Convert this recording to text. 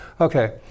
Okay